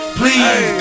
please